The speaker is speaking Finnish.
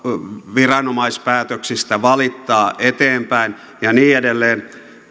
viranomaispäätöksistä valittaa eteenpäin ja niin edelleen